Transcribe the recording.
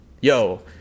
yo